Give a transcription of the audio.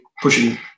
pushing